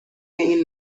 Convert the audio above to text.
این